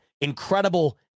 incredible